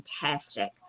fantastic